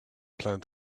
plan